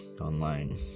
Online